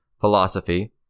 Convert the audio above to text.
philosophy